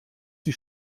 sie